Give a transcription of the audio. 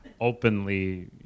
openly